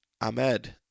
Ahmed